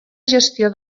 gestió